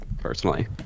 personally